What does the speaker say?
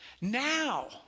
Now